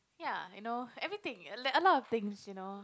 ya I know everything a a lot of things you know